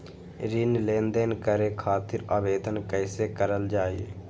ऋण लेनदेन करे खातीर आवेदन कइसे करल जाई?